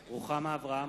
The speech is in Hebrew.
(קורא בשמות חברי הכנסת) רוחמה אברהם-בלילא,